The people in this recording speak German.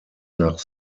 nach